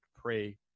pray